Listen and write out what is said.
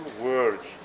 words